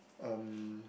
um